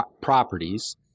properties